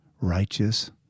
righteous